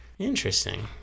Interesting